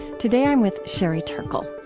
today i'm with sherry turkle,